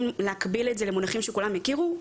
אם להקביל את זה למונחים שכולם יכירו,